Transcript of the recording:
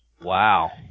Wow